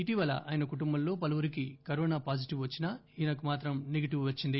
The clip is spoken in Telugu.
ఇటీవల ఆయన కుటుంబంలో పలువురికి కరోనా పాజిటివ్ వచ్చినా ఈయనకు మాత్రం నెగెటివ్ వచ్చింది